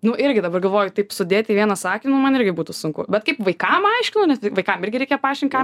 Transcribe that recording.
nu irgi dabar galvoju taip sudėt į vieną sakinį nu man irgi būtų sunku bet kaip vaikam aiškinau nes vaikam irgi reikia paaiškint ką